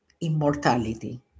immortality